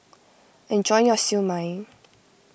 enjoy your Siew Mai